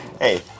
Hey